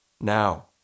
Now